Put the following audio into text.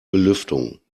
belüftung